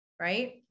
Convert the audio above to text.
right